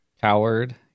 Coward